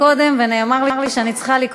זה מה שנאמר לי וזה מה שאני עושה.